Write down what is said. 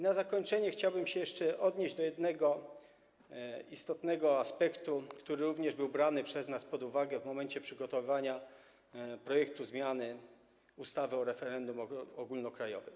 Na zakończenie chciałbym jeszcze odnieść się do jednego istotnego aspektu, który również był brany przez nas pod uwagę w momencie przygotowywania projektu zmiany ustawy o referendum ogólnokrajowym.